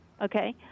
Okay